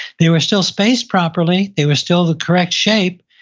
they were still spaced properly, they were still the correct shape,